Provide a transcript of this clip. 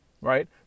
right